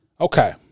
Okay